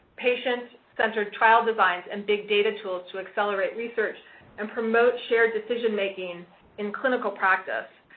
patient-centered trial designs and big data tools to accelerate research and promote shared decision making in clinical practice.